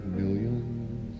millions